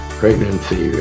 pregnancy